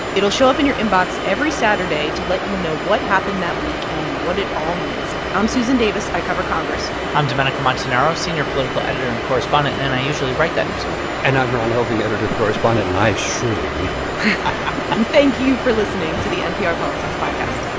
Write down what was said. it'll show up in your inbox every saturday to let you know what happened that week and what it all means i'm susan davis. i cover congress i'm domenico montanaro, senior political editor and correspondent, and i usually write that newsletter and i'm ron elving, editor and correspondent, and i surely read it thank you for listening to the npr politics podcast